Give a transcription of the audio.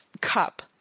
cup